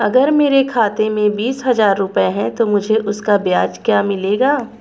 अगर मेरे खाते में बीस हज़ार रुपये हैं तो मुझे उसका ब्याज क्या मिलेगा?